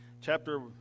Chapter